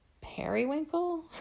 periwinkle